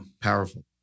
Powerful